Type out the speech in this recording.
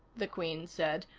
the queen said.